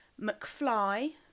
McFly